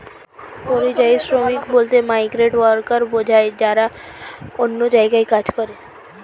পরিযায়ী শ্রমিক বলতে মাইগ্রেন্ট ওয়ার্কার বোঝায় যারা অন্য জায়গায় কাজ করে